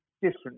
different